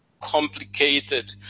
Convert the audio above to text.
complicated